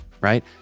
Right